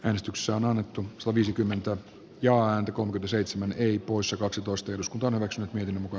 äänestyksessä on annettu xu viisikymmentä ja anti kohde seitsemän eri puissa kaksitoista eduskunta hyväksyy niihin muka